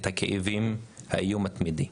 את הכאבים ואת האיום התמידי.